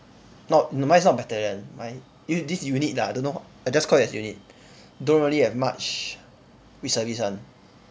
not mine is not battalion mine U this unit lah I don't know I'll just call it as unit don't really have much reservist [one]